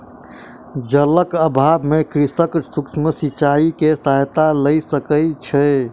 जलक अभाव में कृषक सूक्ष्म सिचाई के सहायता लय सकै छै